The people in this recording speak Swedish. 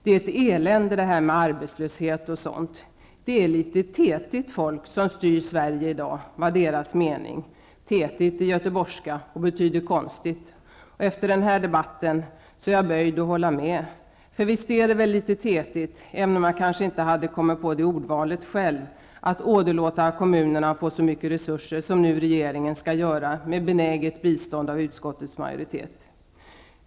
Det är ett elände det här med arbetslöshet och sådant. Det är litet ''tetigt folk'' som styr Sverige i dag, var uppfattningen. ''Tetigt'' är göteborgska och betyder konstigt. Efter den här debatten är jag böjd att hålla med. För visst är det väl litet ''tetigt'' även om jag kanske inte hade kommit på det ordvalet själv, att åderlåta kommunerna på så mycket resurser som nu regeringen skall göra med benäget bistånd av utskottets majoritet.